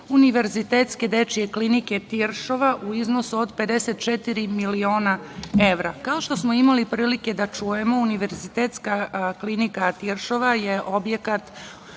Univerzitetske dečije klinike Tiršova u iznosu od 54 miliona evra. Kao što smo imali prilike da čujemo, Univerzitetska klinika Tiršova je objekat